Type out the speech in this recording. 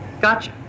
Gotcha